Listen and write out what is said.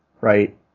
Right